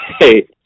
Hey